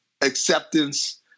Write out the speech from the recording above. acceptance